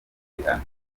rihanna